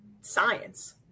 science